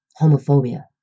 homophobia